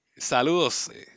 Saludos